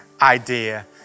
idea